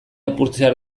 apurtzear